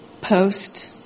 Post